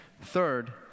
Third